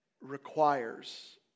requires